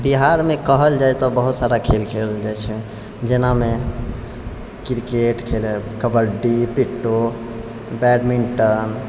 बिहारमे कहल जाइ तऽ बहुत सारा खेल खेलल जाइ छै जेनामे किरकेट खेलब कबड्डी पिट्ठो बैडमिण्टन